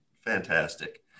Fantastic